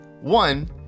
One